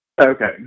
okay